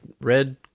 red